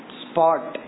spot